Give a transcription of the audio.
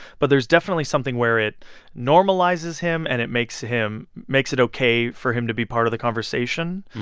but there's definitely something where it normalizes him and it makes him makes it ok for him to be part of the conversation.